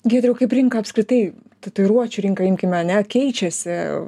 giedriau kaip rinka apskritai tatuiruočių rinką imkim ane keičiasi